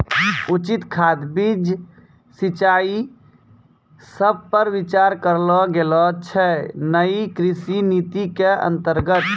उचित खाद, बीज, सिंचाई सब पर विचार करलो गेलो छै नयी कृषि नीति के अन्तर्गत